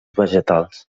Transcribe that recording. vegetals